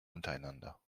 untereinander